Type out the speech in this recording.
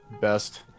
best